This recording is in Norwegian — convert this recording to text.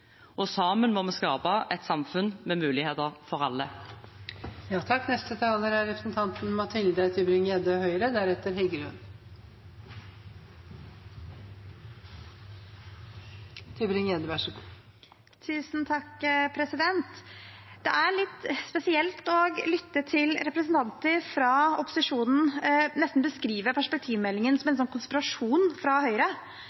Sammen må vi skape et samfunn med muligheter for alle. Det er litt spesielt å lytte til representanter fra opposisjonen nesten beskrive perspektivmeldingen som en konspirasjon fra Høyre.